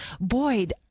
Boyd